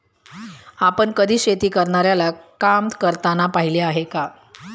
आपण कधी शेती करणाऱ्याला काम करताना पाहिले आहे का?